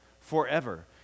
forever